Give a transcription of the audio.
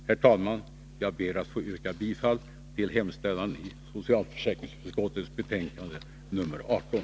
Herr talman! Jag ber att få yrka bifall till hemställan i socialförsäkringsutskottets betänkande nr 18.